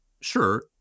sure